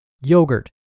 yogurt